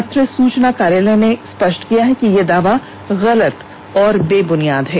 पत्र सूचना कार्यालय ने स्पष्ट किया है कि यह दावा गलत और बे बुनियाद है